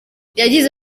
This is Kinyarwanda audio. yagize